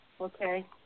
Okay